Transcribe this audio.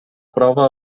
prova